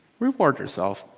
reward yourself.